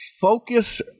Focus